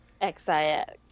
X-I-X